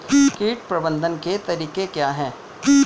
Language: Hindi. कीट प्रबंधन के तरीके क्या हैं?